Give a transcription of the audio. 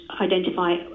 identify